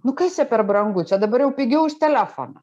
nu kas čia per brangu čia dabar jau pigiau už telefoną